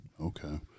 Okay